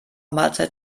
mahlzeit